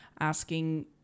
asking